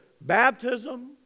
Baptism